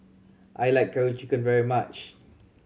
I like Curry Chicken very much